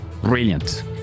Brilliant